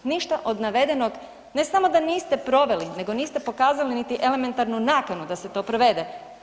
Ništa od navedenog ne samo da niste proveli, nego niste pokazali niti elementarnu nakanu da se to provede.